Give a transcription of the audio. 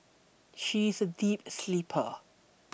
she's a deep sleeper